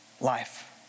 life